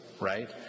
Right